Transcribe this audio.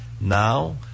Now